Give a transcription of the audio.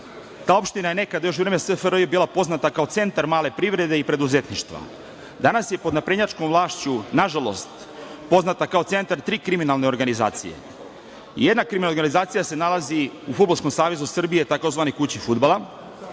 Ta opština je nekada, još u vreme SFRJ bila poznata kao centar male privrede i preduzetništva. Danas je pod naprednjačkom vlašću, nažalost, poznata kao centar tri kriminalne organizacije. Jedna kriminalna organizacija se nalazi u Fudbalskom savezu Srbije, tzv. "Kući fudbala".